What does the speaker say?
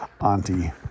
Auntie